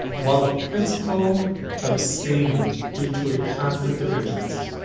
while the principal abstained due to a conflict of interest.